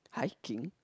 hiking